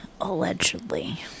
Allegedly